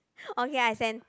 okay I send